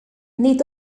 nid